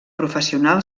professional